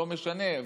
לא משנה,